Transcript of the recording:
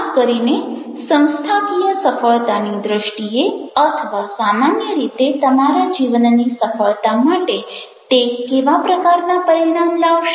ખાસ કરીને સંસ્થાકીય સફળતાની દ્રષ્ટિએ અથવા સામાન્ય રીતે તમારા જીવનની સફળતા માટે તે કેવા પ્રકારના પરિણામો લાવશે